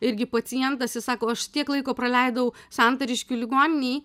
irgi pacientas jis sako aš tiek laiko praleidau santariškių ligoninėj